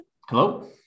Hello